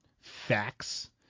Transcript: facts